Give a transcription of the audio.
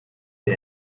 can